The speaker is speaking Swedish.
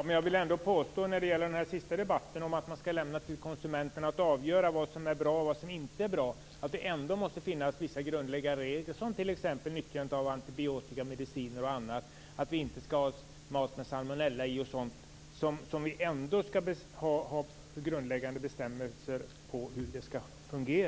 Fru talman! När det gäller det sistnämnda, att man skall lämna till konsumenten att avgöra vad som är bra och vad som inte är bra, vill jag hävda att det ändå måste finnas vissa grundläggande regler, t.ex. för nyttjande av antibiotika, mediciner och annat och att vi inte skall ha mat som innehåller salmonella